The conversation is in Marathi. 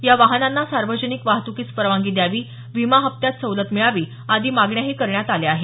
या वाहनांना सार्वजनिक वाहतुकीस परवानगी द्यावी विमा हप्त्यात सवलत मिळावी आदी मागण्याही करण्यात आल्या आहेत